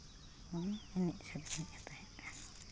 ᱵᱟᱵᱚᱱ ᱮᱱᱮᱡ ᱥᱮᱨᱮᱧ ᱮᱫ ᱛᱟᱦᱮᱸᱫᱼᱟ